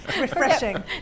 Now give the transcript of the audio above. Refreshing